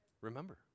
Remember